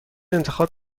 انتخاب